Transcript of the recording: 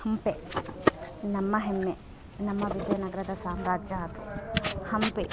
ಹಂಪೆ ನಮ್ಮ ಹೆಮ್ಮೆ ನಮ್ಮ ವಿಜಯನಗರದ ಸಾಮ್ರಾಜ್ಯ ಅದು ಹಂಪೆ